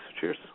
Cheers